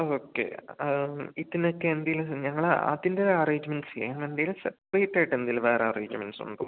okay ഇതിനൊക്കെ എന്തെങ്കിലും ഞങ്ങള് അതിൻ്റെ അറേജ്മെൻറ്റ്സ് എന്തെങ്കിലും സെപ്രേറ്റായിട്ട് എന്തെങ്കിലും വേറെ അറേഞ്ച്മെൻസുണ്ടോ